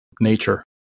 nature